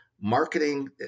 Marketing